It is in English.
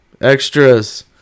Extras